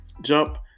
jump